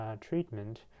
treatment